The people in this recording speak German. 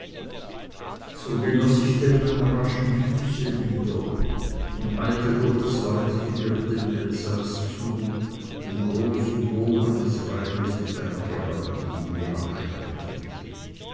so genoß ich denn meiner raschen füße wieder und eilte durch das waldgebirg dem elsaß zu den großen bogen des rheines mit einer geraden linie abschneidend